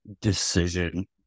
decision